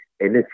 energy